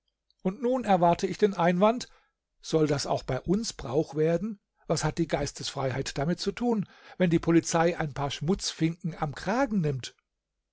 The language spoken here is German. und nun erwarte ich den einwand soll das auch bei uns brauch werden was hat die geistesfreiheit damit zu tun wenn die polizei ein paar schmutzfinken am kragen nimmt